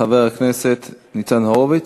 חבר הכנסת ניצן הורוביץ,